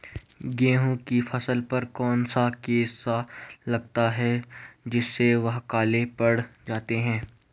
गेहूँ की फसल पर कौन सा केस लगता है जिससे वह काले पड़ जाते हैं?